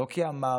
לא כי אמרנו,